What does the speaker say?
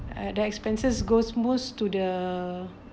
at the expenses goes most to the